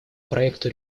проекту